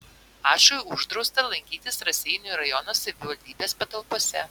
ačui uždrausta lankytis raseinių rajono savivaldybės patalpose